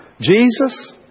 Jesus